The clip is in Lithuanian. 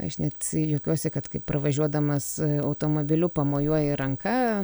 aš net juokiuosi kad kai pravažiuodamas automobiliu pamojuoji ranka